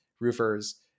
roofers